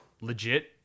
legit